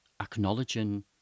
acknowledging